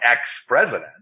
ex-president